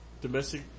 Domestic